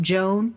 Joan